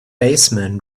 baseman